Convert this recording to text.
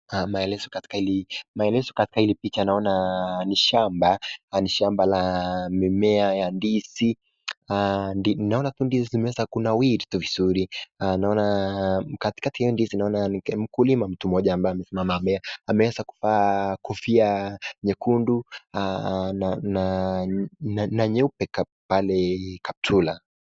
Maelezo katika hili maelezo katika hili picha naona ni shamba ni shamba la mimea ya ndizi. Naona tu ndizi zimeweza kunawiri tu vizuri. Naona katikati ya hizo ndizi naona mkulima mtu mmoja ambaye amesimama ameweza kuvaa kofia nyekundu na na na nyeupe pale kaptula.